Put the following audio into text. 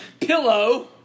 Pillow